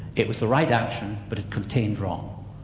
it was the right action, but it contained wrong.